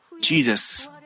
Jesus